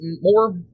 more